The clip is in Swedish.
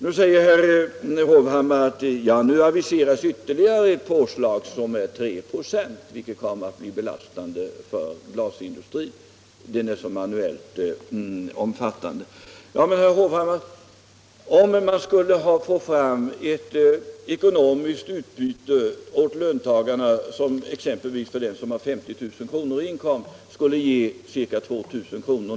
Nu säger herr Hovhammar att det nu aviseras ytterligare påslag på 3 96, vilket skulle bli belastande för glasindustrin eftersom den manuellt är så omfattande. Ja, men för att få ett ekonomiskt utbyte för löntagarna som exempelvis för den som har 50 000 kr. i inkomst skulle ge 2000 kr.